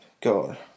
god